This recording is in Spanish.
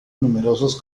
numerosos